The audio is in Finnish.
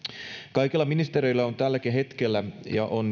kaikilla ministeriöillä on tälläkin hetkellä ja on